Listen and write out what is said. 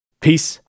Peace